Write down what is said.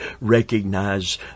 recognize